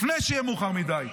לפני שיהיה מאוחר מדי,